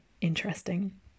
interesting